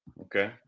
okay